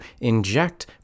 inject